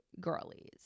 girlies